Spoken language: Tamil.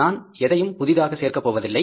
நான் எதையும் புதிதாக சேர்க்கப் போவதில்லை